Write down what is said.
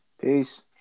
Peace